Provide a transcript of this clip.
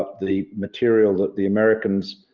ah the material that the americans